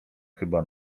chyba